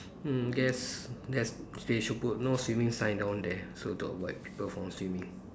mm yes there's they should put no swimming sign down there so stop like people from swimming